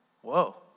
whoa